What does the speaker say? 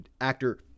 actor